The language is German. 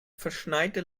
verschneite